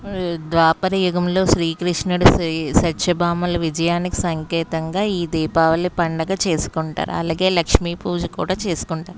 ద్వాపర యుగంలో శ్రీకృష్ణుడు శ్రీ సత్యభామల విజయానికి సంకేతంగా ఈ దీపావళి పండుగ చేసుకుంటారు అలాగే లక్ష్మీపూజ కూడా చేసుకుంటారు